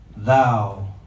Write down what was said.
Thou